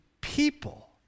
people